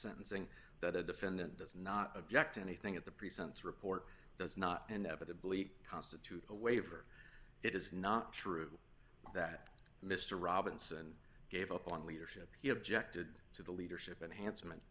sentencing that a defendant does not object anything at the present report does not inevitable eat constitute a waiver it is not true that mr robinson gave up on leadership he objected to the leadership and han